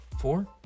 four